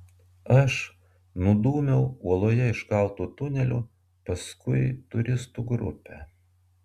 aš nudūmiau uoloje iškaltu tuneliu paskui turistų grupę